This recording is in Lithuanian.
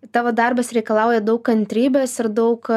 tavo darbas reikalauja daug kantrybės ir daug